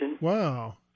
Wow